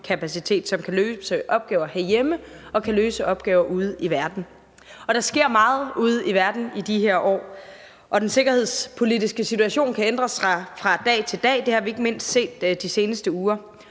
som kan løse opgaver herhjemme og kan løse opgaver ude i verden. Der sker meget ude i verden i de her år, og den sikkerhedspolitiske situation kan ændre sig fra dag til dag; det har vi ikke mindst set de seneste uger.